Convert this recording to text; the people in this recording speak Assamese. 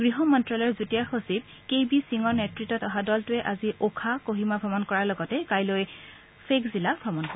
গৃহমন্ত্যালয়ৰ যুটীয়া সচিব কে বি সিঙৰ নেতৃতত অহা দলটোৱে আজি ওখা কহিমা ভ্ৰমণ কৰাৰ লগতে কাইলৈ ফেক জিলা ভ্ৰমণ কৰিব